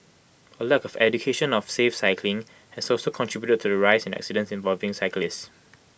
A lack of education on safe cycling has also contributed to the rise in accidents involving cyclists